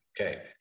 okay